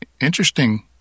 interesting